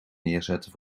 neerzetten